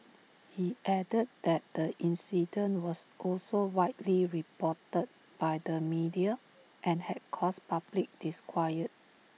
he added that the incident was also widely reported by the media and had caused public disquiet